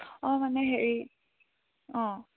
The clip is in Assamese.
অঁ মানে হেৰি অঁ